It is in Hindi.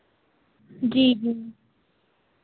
जी जी